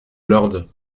lords